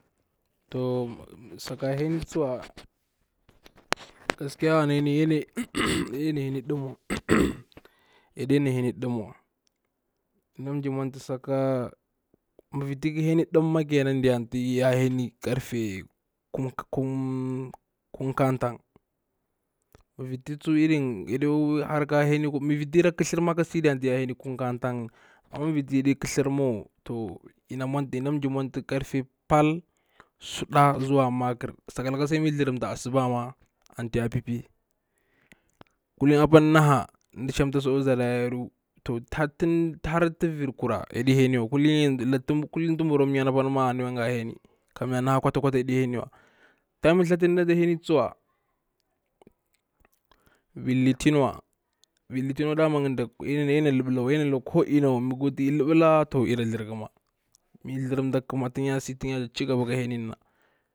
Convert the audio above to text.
To saka heni tsuwa, gaskiya ana ya ɗena han ɗamwa, ina nzin mwantu saka, mi vir ti heni nam ata ya heni karfe kun kun ka tan, mi vir ta irin ya ɗe kwa harka heni wa, mi vir ta ira ƙathar ka si diya anta ya heni kun ka tan ni, mi vir ta yaɗi ƙathar wa ina nzan karfe pal, suɗa zuwa makar, laka sai mi tharamta asuba ma anta ya pipi, kulin apa na ha dan nda shamtasi akwa zara yaru, to ta tan har tu vi kura ya ɗi hen wa, kulini tu mbru kwa nyani ka ma ana yakwa nga heni kam yar naha kwata kwata ya ɗi henwa, time thatuna a ta heni tsuwa, vir litinwa vir litinwa dama ya ɗe na lukwa ku ina wa, mi liɓela tu ira tharƙama, mi tharam takama tan ya chi gaba ka henina.